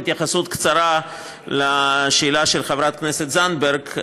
התייחסות קצרה לשאלה של חברת הכנסת זנדברג,